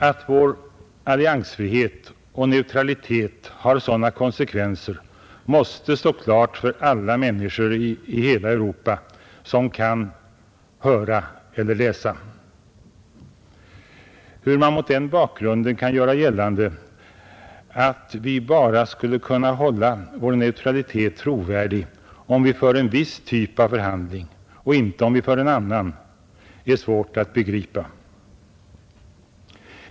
Att vår alliansfrihet och neutralitet har sådana konsekvenser måste stå klart för alla människor i hela Europa som kan höra eller läsa. Hur man mot den bakgrunden kan göra gällande att vi bara skulle kunna hålla vår neutralitet trovärdig om vi för en viss typ av förhandling med EEC och inte om vi för en annan är svårt att förstå.